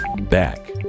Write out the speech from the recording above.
back